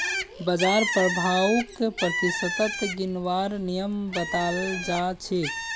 बाजार प्रभाउक प्रतिशतत गिनवार नियम बताल जा छेक